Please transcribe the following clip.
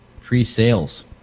pre-sales